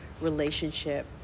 relationship